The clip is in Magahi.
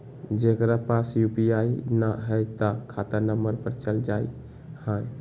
जेकरा पास यू.पी.आई न है त खाता नं पर चल जाह ई?